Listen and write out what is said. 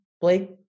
Blake